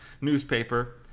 newspaper